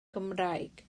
cymraeg